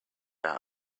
out